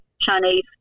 chinese